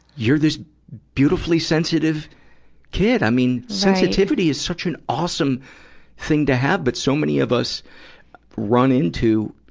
you're this beautifully, sensitive kid. i mean, sensitivity is such an awesome thing to have. but so many of us run into,